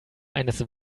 eines